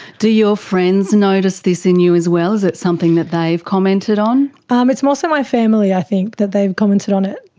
do your friends notice this in you as well, is it something that they've commented on? um it's more so my family i think, that they've commented on it.